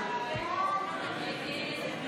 הסתייגות 51 לא נתקבלה.